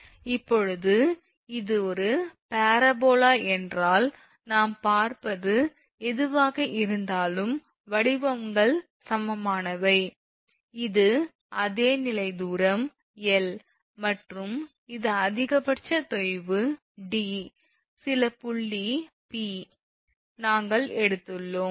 இப்போது இது ஒரு பரபோலா என்றால் நாம் பார்ப்பது எதுவாக இருந்தாலும் வடிவங்கள் சமமானவை இது அதே நிலை தூரம் 𝐿 மற்றும் இது அதிகபட்ச தொய்வு 𝑑 சில புள்ளி 𝑃 நாங்கள் எடுத்துள்ளோம்